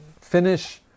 finish